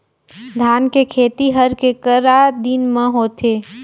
धान के खेती हर के करा दिन म होथे?